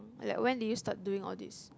like when did you start doing all these